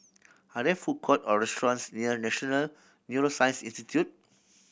are there food court or restaurants near National Neuroscience Institute